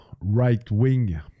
right-wing